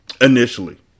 Initially